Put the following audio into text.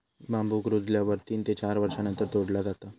बांबुक रुजल्यावर तीन ते चार वर्षांनंतर तोडला जाता